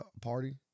party